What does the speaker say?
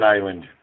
Island